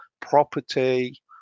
property